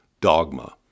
dogma